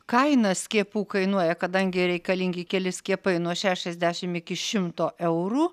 kaina skiepų kainuoja kadangi reikalingi keli skiepai nuo šešiasdešimt iki šimto eurų